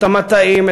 את המטעים,